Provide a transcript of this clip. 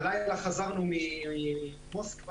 חברת ארקיע,